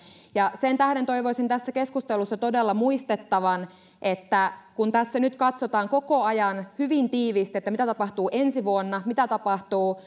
sen tähden toivoisin tässä keskustelussa todella muistettavan että kun tässä nyt katsotaan koko ajan hyvin tiiviisti mitä tapahtuu ensi vuonna ja mitä tapahtuu